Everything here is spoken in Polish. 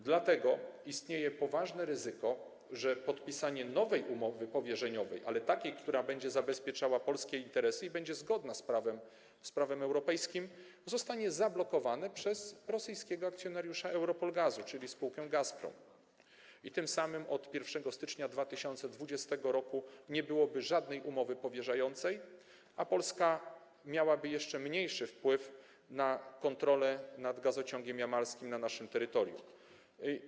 Dlatego istnieje poważne ryzyko, że podpisanie nowej umowy powierzeniowej, ale takiej, która będzie zabezpieczała polskie interesy i będzie zgodna z prawem europejskim, zostanie zablokowane przez rosyjskiego akcjonariusza EuRoPol Gazu, czyli spółkę Gazprom, i tym samym od 1 stycznia 2020 r. nie byłoby żadnej umowy powierzeniowej, a Polska miałaby jeszcze mniejszy wpływ na kontrolę nad gazociągiem jamalskim na naszym terytorium.